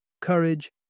courage